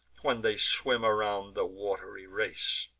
when they swim around the wat'ry race.